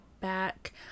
back